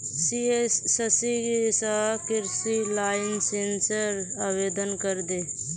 CSC स कृषि लाइसेंसेर आवेदन करे दे